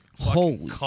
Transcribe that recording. Holy